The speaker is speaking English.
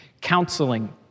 Counseling